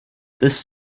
this